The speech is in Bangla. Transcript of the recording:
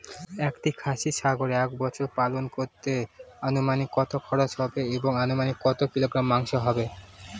একটি খাসি ছাগল এক বছর পালন করতে অনুমানিক কত খরচ হবে এবং অনুমানিক কত কিলোগ্রাম মাংস হবে?